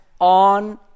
on